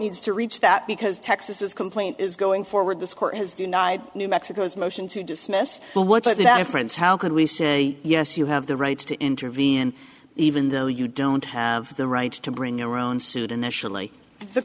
needs to reach that because texas is complaint is going forward this court has denied new mexico's motion to dismiss what the difference how can we say yes you have the right to intervene even though you don't have the right to bring your own suit initially the